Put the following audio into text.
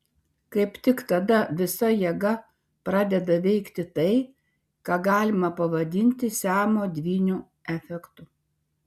kaip tik tada visa jėga pradeda veikti tai ką galima pavadinti siamo dvynių efektu